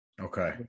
Okay